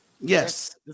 Yes